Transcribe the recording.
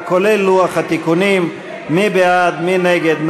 מי נגד?